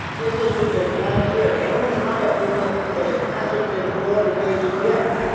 industry does not care. they only hire people because it hasn't been automated yet.